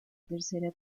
tercera